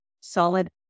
solid